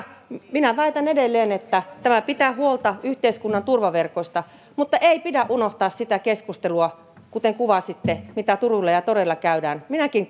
minä väitän edelleen että tämä pitää huolta yhteiskunnan turvaverkoista mutta ei pidä unohtaa sitä keskustelua mitä kuvasitte mitä turuilla ja toreilla käydään minäkin